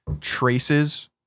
traces